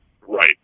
Right